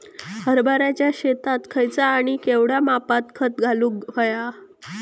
हरभराच्या शेतात खयचा आणि केवढया मापात खत घालुक व्हया?